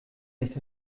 nicht